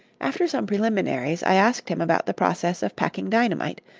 after some preliminaries i asked him about the process of packing dynamite,